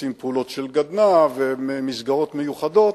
עושים פעולות של גדנ"ע ומסגרות מיוחדות,